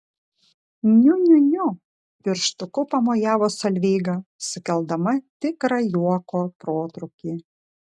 niu niu niu pirštuku pamojavo solveiga sukeldama tikrą juoko protrūkį